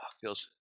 feels